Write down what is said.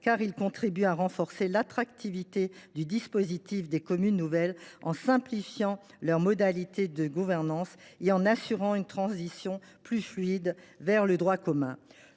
car il contribue à renforcer l’attractivité du dispositif des communes nouvelles en simplifiant leurs modalités de gouvernance et en assurant une transition plus fluide vers le droit commun.